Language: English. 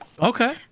Okay